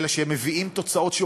אלא שמביאים תוצאות.